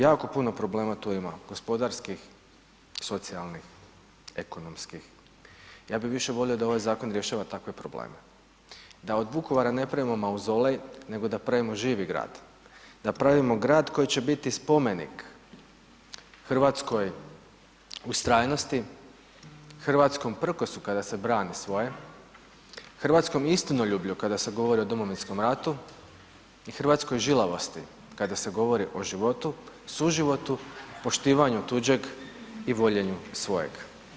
Jako puno problema tu ima gospodarskih, socijalnih, ekonomskih, ja bih više volio da ovaj zakon rješava takve probleme, da od Vukovara ne pravimo mauzolej nego da pravimo živi grad, da pravimo grad koji će biti spomenik hrvatskoj ustrajnosti, hrvatskom prkosu kada se brani svoje, hrvatskom istinoljublju kada se govori o Domovinskom ratu i hrvatskoj žilavosti kada se govori i životu, suživotu poštivanju tuđeg i voljenju svojeg.